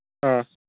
ꯑꯥ